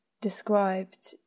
described